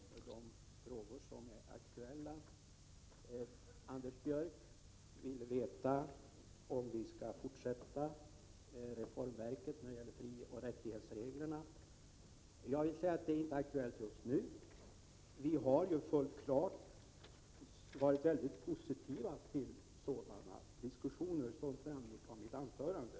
Herr talman! Jag skall svara på de frågor som är aktuella. Anders Björck ville veta om vi skall fortsätta reformverket när det gäller frioch rättighetsreglerna. Jag vill säga att det inte är aktuellt just nu. Vi har helt klart varit väldigt positiva till sådana diskussioner, vilket framgick av mitt anförande.